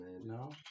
No